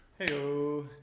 Heyo